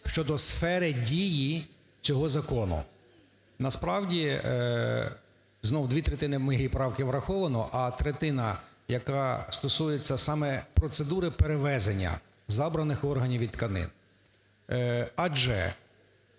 щодо сфери дії цього закону. Насправді знов дві третини моєї правки враховано, а третина, яка стосується саме процедури перевезення забраних органів і тканин…